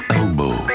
elbow